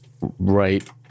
right